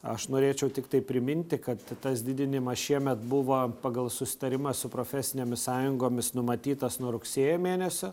aš norėčiau tiktai priminti kad tas didinimas šiemet buvo pagal susitarimą su profesinėmis sąjungomis numatytas nuo rugsėjo mėnesio